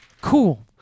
Cool